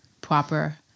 proper